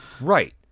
Right